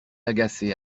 agacée